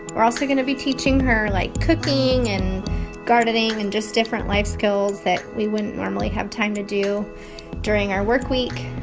we're also going to be teaching her, like, cooking and gardening and just different life skills that we wouldn't normally have time to do during our work week.